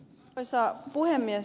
arvoisa puhemies